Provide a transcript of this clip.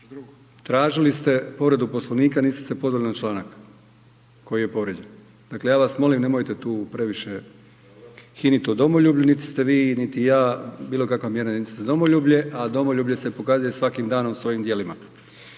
tražili ste povredu Poslovnika, niste se pozvali na članak koji je povrijeđen, dakle ja vas molim nemojte tu previše hinit o domoljublju, niti ste vi, niti ja bilo kakva mjerna jedinica za domoljublje, a domoljublje se pokazuje svakim danom svojim djelima.